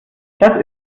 das